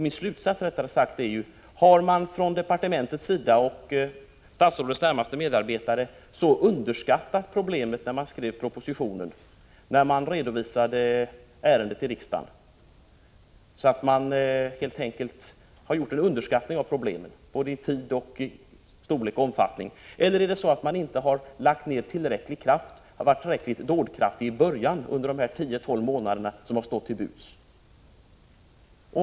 Min slutsats är att man inom departementet och bland statsrådets närmaste medarbetare verkar ha underskattat problemet när man skrev propositionen och redovisade ärendet inför riksdagen, vad gäller tid, storlek och omfattning, eller att man inte har varit tillräckligt dådkraftig i början av de tio till tolv månader som har stått till buds.